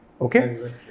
Okay